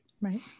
right